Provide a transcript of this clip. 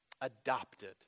adopted